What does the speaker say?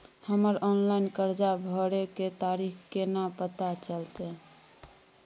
हमर ऑनलाइन कर्जा भरै के तारीख केना पता चलते?